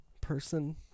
person